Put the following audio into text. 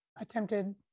attempted